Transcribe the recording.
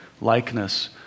likeness